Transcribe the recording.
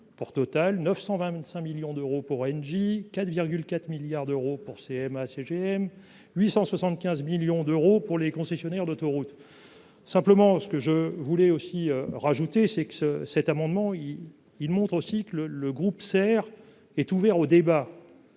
pour Total 925 millions d'euros pour Engie 4 4 milliards d'euros pour CMA CGM 875 millions d'euros pour les concessionnaires d'autoroutes, simplement ce que je voulais aussi rajouter c'est que cet amendement il il montre aussi que le le groupe sert est ouvert au débat.